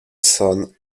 son